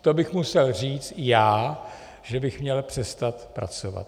To bych musel říct i já, že bych měl přestat pracovat.